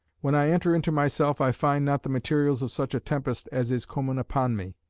when i enter into myself, i find not the materials of such a tempest as is comen upon me.